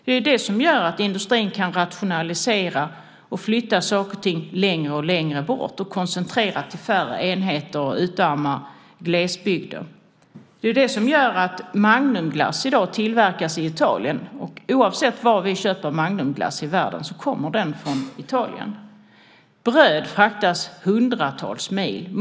Det är det som gör att industrin kan rationalisera, flytta saker och ting längre och längre bort, koncentrera till färre enheter och utarma glesbygden. Det är det som gör att Magnumglass i dag tillverkas i Italien - oavsett var i världen vi köper Magnumglass kommer den från Italien. Bröd fraktas hundratals mil.